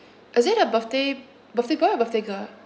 is it a birthday birthday boy or birthday girl